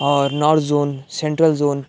اور north zone central zone